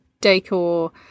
decor